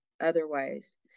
otherwise